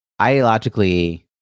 ideologically